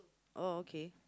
oh okay